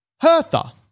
Hertha